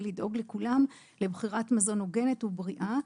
ולדאוג לכולם לבחירת מזון הוגנת ובריאה.